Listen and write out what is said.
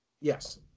Yes